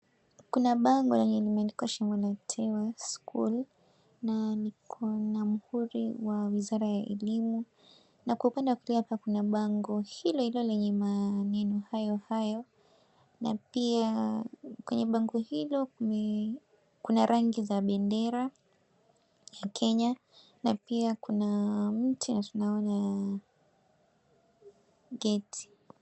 Kuna bango lenye limeandikwa "Shimo la Tewa School" na liko na muhuri wa wizara ya elimu, na kwa upande wa kulia kuna bango hilo hilo lenye maneno hayo hayo. Na pia kwenye bango hilo kuna rangi za bendera ya Kenya. Na pia kuna mti na tunaona gate .